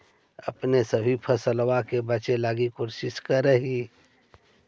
अपने सभी फसलबा के बच्बे लगी कौची कर हो?